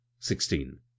sixteen